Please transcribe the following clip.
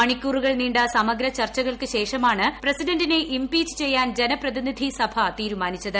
മണിക്കൂറുകൾ നീണ്ട സമഗ്ര ചർച്ചകൾക്ക് ശേഷമാണ് പ്രസിഡന്റിനെ ഇംപീച്ച് ചെയ്യാൻ ജനപ്രതിനിധി സഭ തീരുമാനിച്ചത്